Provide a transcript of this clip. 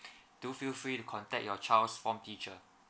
do feel free to contact your child's form teacher